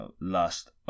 last